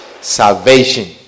salvation